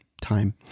time